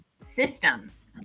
systems